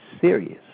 serious